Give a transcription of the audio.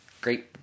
great